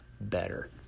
better